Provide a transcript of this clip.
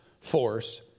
force